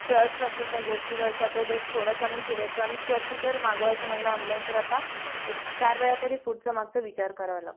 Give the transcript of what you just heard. trust असतो त्या गोष्टीवरचा तो देख थोडासा मीन्स इलेक्ट्रॉनिक्सवरती जर मागवायचं म्हणलं ऑनलाईन तर आता एक चार वेळा तरी पुढचा मागचा विचार करावा लागतो